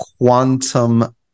quantum